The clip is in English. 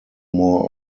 more